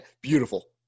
beautiful